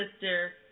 sister